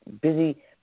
busy